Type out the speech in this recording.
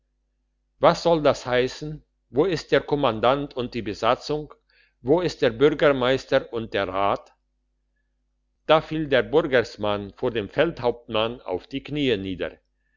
was soll das heissen wo ist der kommandant und die besatzung wo ist der burgermeister und der rat da fiel der burgersmann vor dem feldhauptmann auf die kniee nieder